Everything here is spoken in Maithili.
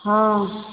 हँ